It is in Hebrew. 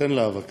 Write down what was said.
תן לה בבקשה,